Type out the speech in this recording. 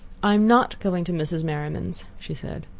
i'm not going to mrs. merriman's, she said.